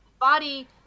Body